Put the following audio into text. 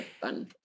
fun